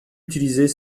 utiliser